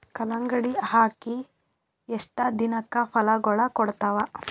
ಕಲ್ಲಂಗಡಿ ಅಗಿ ಎಷ್ಟ ದಿನಕ ಫಲಾಗೋಳ ಕೊಡತಾವ?